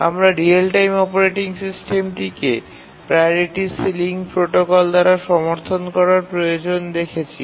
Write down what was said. আমরা real time operating সিস্টেমটিকে priority ceiling protocol দ্বারা সমর্থন করার প্রয়োজন দেখেছি